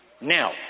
now